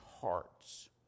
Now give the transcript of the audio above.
hearts